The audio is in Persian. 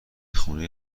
خونه